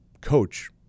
coach